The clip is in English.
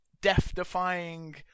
death-defying